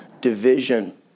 division